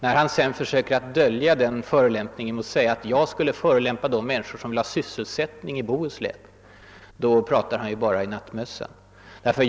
När herr Gustafsson sedan försäker dölja den förolämpningen genom att säga att jag skulle »förolämpa» de människor som vill ha sysselsättning i Bohuslän pratar han i nattmössan.